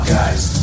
Guys